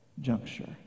juncture